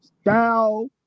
style